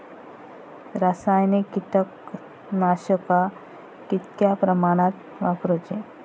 रासायनिक कीटकनाशका कितक्या प्रमाणात वापरूची?